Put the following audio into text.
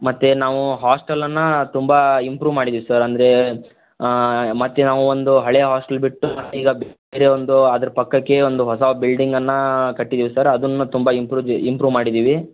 ಮತ್ತು ನಾವು ಹಾಸ್ಟೆಲನ್ನು ತುಂಬ ಇಂಪ್ರೂವ್ ಮಾಡಿದೀವಿ ಸರ್ ಅಂದರೆ ಮತ್ತು ನಾವು ಒಂದು ಹಳೆ ಹಾಸ್ಟೆಲ್ ಬಿಟ್ಟು ಈಗ ಬೇರೆ ಒಂದು ಅದ್ರ ಪಕ್ಕಕ್ಕೆ ಒಂದು ಹೊಸ ಬಿಲ್ಡಿಂಗನ್ನು ಕಟ್ಟಿದೀವಿ ಸರ್ ಅದನ್ನ ತುಂಬ ಇಂಪ್ರೂವ್ ಇಂಪ್ರೂವ್ ಮಾಡಿದ್ದೀವಿ